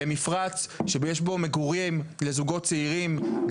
למפרץ שיש בו מגורים לזוגות צעירים,